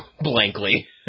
blankly